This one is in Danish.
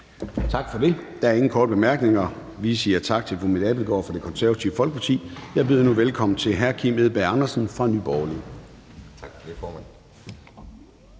Tak for det. Der er ingen korte bemærkninger. Vi siger tak til fru Mette Abildgaard fra Det Konservative Folkeparti. Jeg byder nu velkommen til hr. Kim Edberg Andersen fra Nye Borgerlige. Kl.